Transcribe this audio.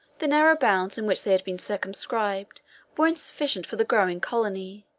the narrow bounds in which they had been circumscribed were insufficient for the growing colony